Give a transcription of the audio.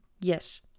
yes